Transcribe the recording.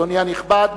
אדוני הנכבד,